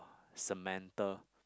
Samantha